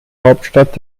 hauptstadt